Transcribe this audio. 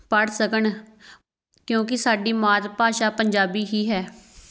ਪੜ੍ਹ ਸਕਣ ਕਿਉਂਕਿ ਸਾਡੀ ਮਾਤ ਭਾਸ਼ਾ ਪੰਜਾਬੀ ਹੀ ਹੈ